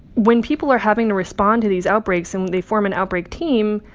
when people are having to respond to these outbreaks and they form an outbreak team,